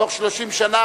בתוך 30 שנה,